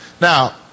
Now